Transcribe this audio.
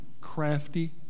crafty